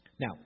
Now